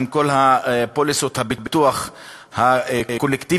עם כל פוליסות הביטוח הקולקטיביות,